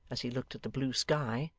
as he looked at the blue sky,